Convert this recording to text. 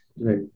Right